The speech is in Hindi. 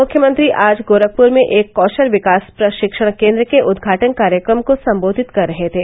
मुख्यमंत्री आज गोरखपुर में एक कौषल विकास प्रषिक्षण केन्द्र के उदघाटन कार्यक्रम को सम्बोधित कर रहे थे